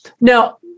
Now